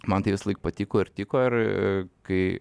man tai visąlaik patiko ir tiko ir kai